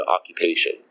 occupation